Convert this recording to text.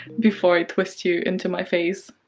before i twist you into my face,